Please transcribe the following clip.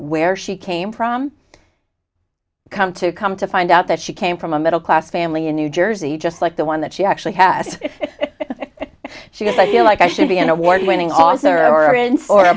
where she came from come to come to find out that she came from a middle class family in new jersey just like the one that she actually has she got you know like i should be an award winning author are in for